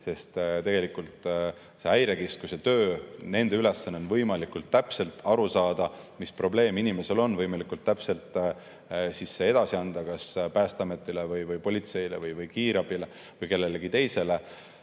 sest tegelikult Häirekeskuse ülesanne on võimalikult täpselt aru saada, mis probleem inimesel on, võimalikult täpselt see siis edasi anda kas Päästeametile, politseile, kiirabile või kellelegi teisele.